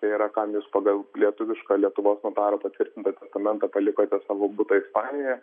tai yra kam jūs pagal lietuvišką lietuvos notarų patvirtintą testamentą palikote savo butą ispanijoje